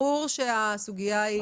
ברור שהסוגיה,